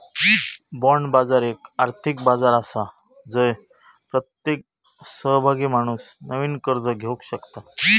bond बाजार एक आर्थिक बाजार आसा जय प्रत्येक सहभागी माणूस नवीन कर्ज घेवक शकता